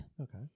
Okay